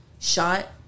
shot